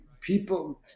people